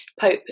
Pope